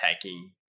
taking